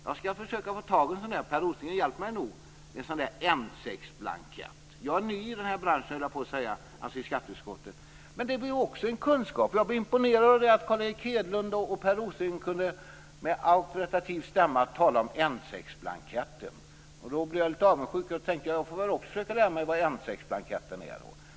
Jag skall försöka att få tag på en N6-blankett - Per Rosengren hjälper mig nog. Jag är ny i skatteutskottet, och jag blev imponerad av att Carl Erik Hedlund och Per Rosengren med auktoritativ stämma kunde tala om N6-blanketten. Då blev jag lite avundsjuk och tänkte att också jag får väl lov att försöka att lära mig vad en N6-blankett är.